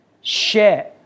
share